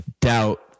doubt